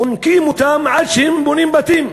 חונקים אותם, עד שהם בונים בתים.